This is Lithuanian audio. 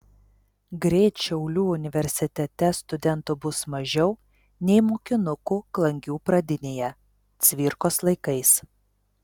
greit šiaulių universitete studentų bus mažiau nei mokinukų klangių pradinėje cvirkos laikais